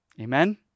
Amen